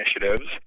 initiatives